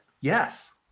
Yes